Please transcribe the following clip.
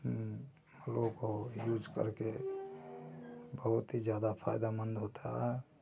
इन मलों को यूज करके बहुत ही ज़्यादा फ़ायदामंद होता है